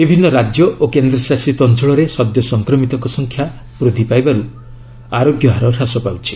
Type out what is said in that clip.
ବିଭିନ୍ନ ରାଜ୍ୟ ଓ କେନ୍ଦ୍ରଶାସିତ ଅଞ୍ଚଳରେ ସଦ୍ୟ ସଂକ୍ରମିତଙ୍କ ସଂଖ୍ୟା ବୃଦ୍ଧି ପାଇବାର୍ତ ଆରୋଗ୍ୟହାର ହ୍ରାସ ପାଉଛି